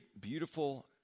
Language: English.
beautiful